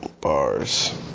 bars